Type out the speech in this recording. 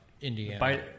Indiana